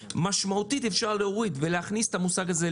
משמעותית אפשר להוריד ולהכניס את המושג הזה,